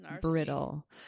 brittle